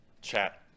Chat